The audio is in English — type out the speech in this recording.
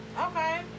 Okay